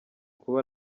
kuba